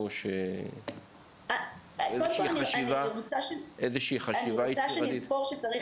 אבל הייתי רוצה לשאול